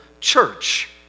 church